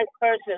person